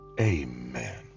Amen